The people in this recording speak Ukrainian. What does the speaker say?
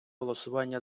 голосування